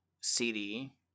CD